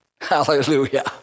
Hallelujah